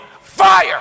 fire